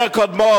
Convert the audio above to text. אומר קודמו,